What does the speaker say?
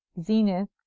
zenith